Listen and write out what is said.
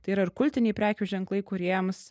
tai yra ir kultiniai prekių ženklai kuriems